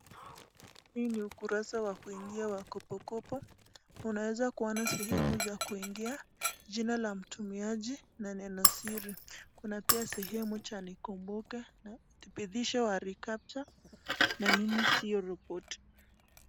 Huu ni ukurasa wa kuingia wa KopoKopo, unaweza kuona sehemu za kuingia; jina la mtumiaji na neno siri. Kuna pia sehemu ya nikumbuke na dhibitisho ya reCAPTCHA na mimi sio roboti.